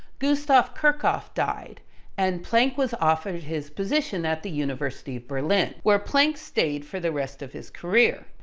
gustav kirchhoff died and planck was offered his position at the university of berlin, where planck stayed for the rest of his career.